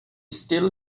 still